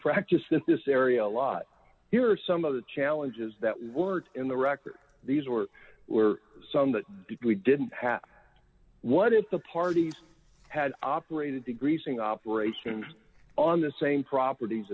practiced in this area a lot here are some of the challenges that were in the record these or were some that we didn't have what if the parties had operated to greasing operations on the same propert